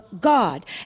God